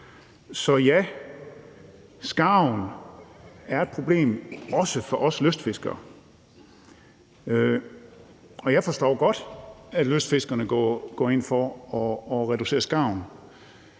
Så ja, skarven er et problem også for os lystfiskere. Og jeg forstår godt, at lystfiskerne går ind for at reducere bestanden